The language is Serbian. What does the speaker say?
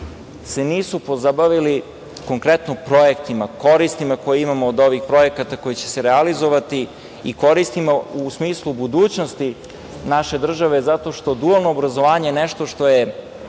se nisu pozabavili konkretno projektima, koristima koje imamo od projekata koji će se realizovati i koristima u smislu budućnosti naše države, zato što je dualno obrazovanje nešto što je